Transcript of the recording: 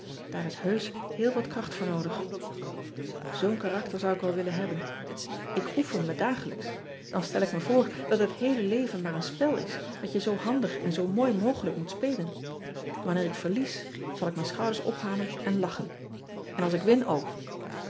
daar is heusch heel wat kracht voor noodig oo n karakter zou ik wel willen hebben k oefen me dagelijks an stel ik me voor dat het heele leven maar een spel is dat je zoo handig en zoo mooi mogelijk moet spelen anneer ik verlies zal ik mijn schouders ophalen en lachen en als ik win ook